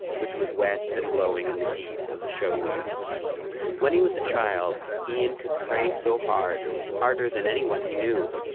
which was wet and glowing in the heat of the showroom when he was a child, ian could pray so hard. harder than anyone he knew.